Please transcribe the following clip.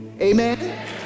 Amen